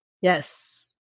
Yes